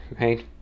Right